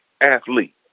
athlete